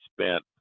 spent